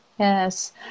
Yes